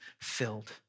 filled